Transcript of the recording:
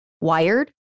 wired